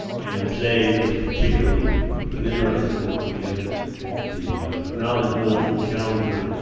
and today was particularly an interesting one. we had the knowledge bowl from challenger.